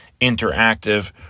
Interactive